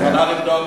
את מוכנה לבדוק?